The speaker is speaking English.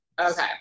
Okay